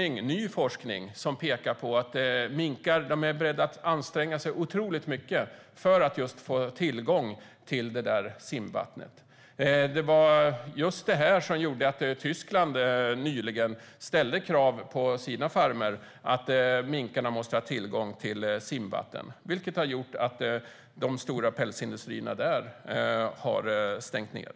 Ny forskning pekar på att minkar är beredda att anstränga sig otroligt mycket för få tillgång till simvatten. Det var detta som gjorde att Tyskland nyligen ställde krav på sina farmer att minkarna måste ha tillgång till simvatten. Detta gjorde att de stora pälsindustrierna där stängde ned.